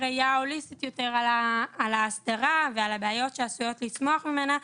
בראייה הוליסטית יותר על ההסדרה ועל הבעיות שעשויות לצמוח ממנה.